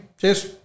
cheers